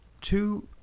two